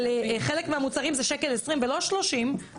על חלק המוצרים זה 1.20 שקלים ולא 30 אגורות,